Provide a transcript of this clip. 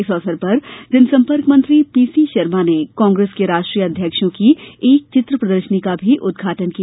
इस अवसर पर जनसंपर्क मंत्री पीसी शर्मा ने कांग्रेस के राष्ट्रीय अध्यक्षों की एक चित्र प्रदर्शनी का भी उद्घाटन किया